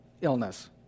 illness